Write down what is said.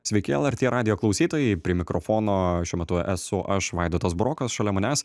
sveiki lrt radijo klausytojai prie mikrofono šiuo metu esu aš vaidotas brokas šalia manęs